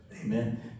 Amen